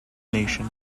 nation